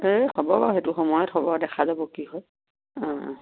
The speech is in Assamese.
এই হ'ব বাৰু সেইটো সময়ত হ'ব দেখা যাব কি হয় অঁ